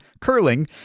curling